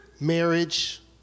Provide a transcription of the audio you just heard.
marriage